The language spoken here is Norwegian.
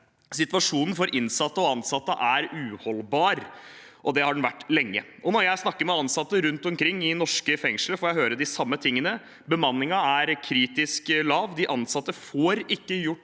Situasjonen for innsatte og ansatte er uholdbar, og det har den vært lenge. Når jeg snakker med ansatte rundt omkring i norske fengsler, får jeg høre de samme tingene: Bemanningen er kritisk lav. De ansatte får ikke gjort